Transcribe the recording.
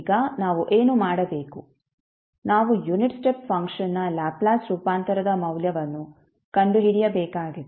ಈಗ ನಾವು ಏನು ಮಾಡಬೇಕು ನಾವು ಯುನಿಟ್ ಸ್ಟೆಪ್ ಫಂಕ್ಷನ್ ನ ಲ್ಯಾಪ್ಲೇಸ್ ರೂಪಾಂತರದ ಮೌಲ್ಯವನ್ನು ನಾವು ಕಂಡುಹಿಡಿಯಬೇಕಾಗಿದೆ